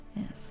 Yes